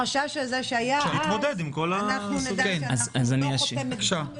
החשש הזה שהיה אז, אנחנו לא חותמת גומי.